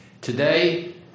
Today